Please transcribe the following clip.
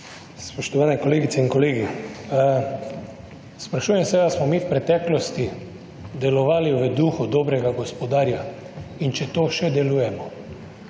Spoštovane kolegice in kolegi! Sprašujem se, ali smo mi v preteklosti delovali v duhu dobrega gospodarja in če to še delujemo?